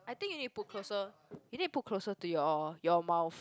I think you need put closer you need to put closer to your your mouth